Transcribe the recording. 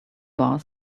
bar